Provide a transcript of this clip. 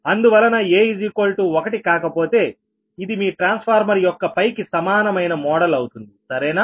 అందువలన a1 కాకపోతే ఇది మీ ట్రాన్స్ఫార్మర్ యొక్క కి సమానమైన మోడల్ అవుతుంది సరేనా